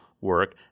work